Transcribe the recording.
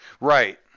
right